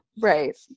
Right